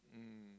mm